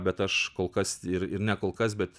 bet aš kol kas ir ir ne kol kas bet